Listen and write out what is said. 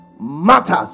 matters